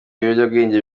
ibiyobyabwenge